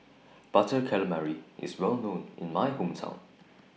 Butter Calamari IS Well known in My Hometown